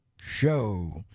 show